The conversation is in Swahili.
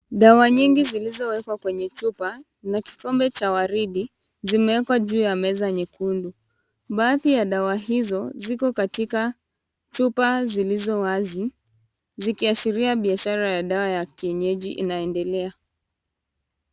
Dawa nyingi zilizowekwa kwenye chupa na kikombe cha waridi zimewekwa juu ya meza nyekundu. Baadhi ya dawa hizo ziko katika chupa zilizo wazi zikiashiria biashara ya dawa ya kienyeji inaendelea.